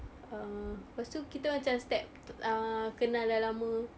err lepas tu kita macam setiap ah kenal dah lama